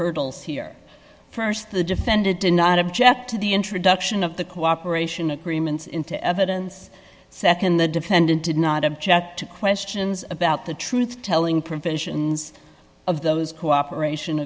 hurdles here st the defendant did not object to the introduction of the cooperation agreements into evidence nd the defendant did not object to questions about the truth telling provisions of those cooperation